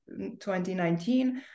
2019